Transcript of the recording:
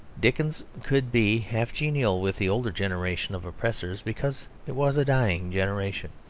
dickens could be half genial with the older generation of oppressors because it was a dying generation.